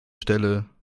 stelle